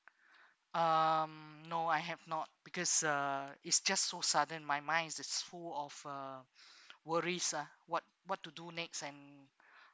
um no I have not because uh it's just so sudden my mind is is full of uh worries ah what what to do next and